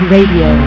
Radio